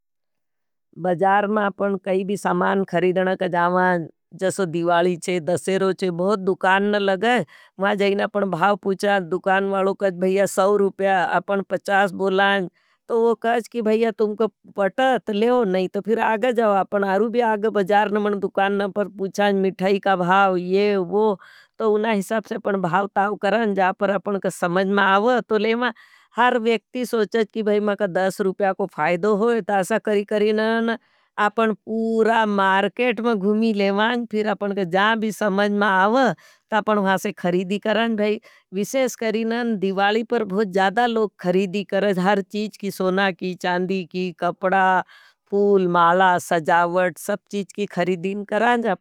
बजार में आपका काई सामान खरिदना जामा जसव दिवाली चे, दससेरो चे, बहुत दुकान न लगए। मां जईना अपना भाव पूछा, दुकान वालो कहा, भाईया सव रुपया, आपन पचास बोलां। अपना भाव पूछा, दुकान वालो कहा, भाईया सव रुपया, अपना भाव पूछा, दुकान वालो कहा, भाईया सव रुपया, अपना भाव पूछा, दुकान वालो कहा, भाईया सव रुपया, अपना भाव पूछा, दुकान वालो कहा, भाईया सव रुपया, अपन भाव पूछा, दुकान वालोाई करती है।